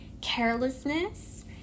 carelessness